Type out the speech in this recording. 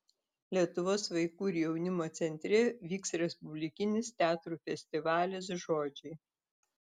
lietuvos vaikų ir jaunimo centre vyks respublikinis teatrų festivalis žodžiai